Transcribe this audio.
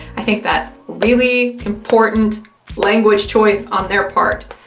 i think that's really important language choice on their part.